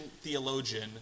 theologian